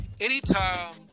anytime